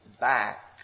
back